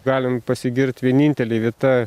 galim pasigirti vienintelė vieta